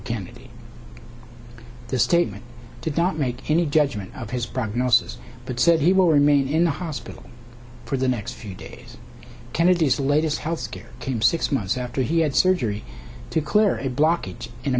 kennedy this statement did not make any judgment of his prognosis but said he will remain in the hospital for the next few days kennedy's latest health scare came six months after he had surgery to clear a blockage in a